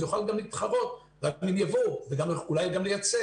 והוא יוכל גם להתחרות ואולי גם לייצא.